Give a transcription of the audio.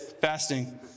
Fasting